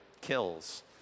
kills